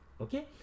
Okay